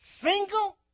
single